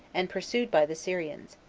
and pursued by the syrians,